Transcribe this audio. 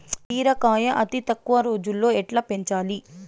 బీరకాయ అతి తక్కువ రోజుల్లో ఎట్లా పెంచాలి?